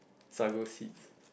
so I go sit